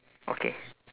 okay